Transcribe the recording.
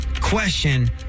Question